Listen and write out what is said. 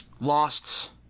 lost